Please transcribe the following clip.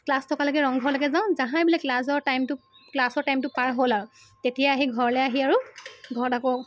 class থকালৈকে ৰংঘৰলৈকে যাওঁ যাহাই বোলে ক্লাছৰ টাইমটো ক্লাছৰ টাইমটো পাৰ হ'ল আৰু তেতিয়া আহি ঘৰলৈ আহি আৰু ঘৰত আকৌ